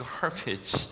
garbage